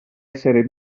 essere